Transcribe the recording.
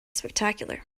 spectacular